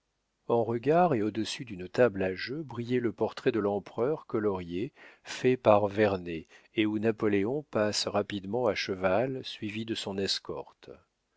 en regard et au-dessus d'une table à jeu brillait le portrait de l'empereur colorié fait par vernet et où napoléon passe rapidement à cheval suivi de son escorte